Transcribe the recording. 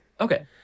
Okay